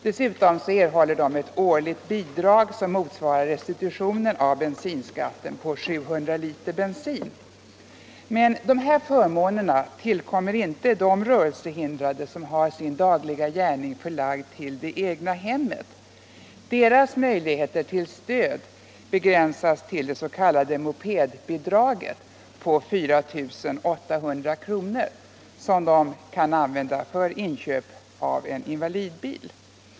Dessutom erhåller de ett årligt bidrag som motsvarar restitutionen av bensinskatten på 700 liter bensin. Dessa förmåner tillkommer emellertid inte de rörelsehindrade som har sin dagliga gärning förlagd till det egna hemmet. Deras möjligheter till stöd begränsas till det s.k. mopedbidraget på 4 800 kr.. som de kan använda för inköp av en invalidbil.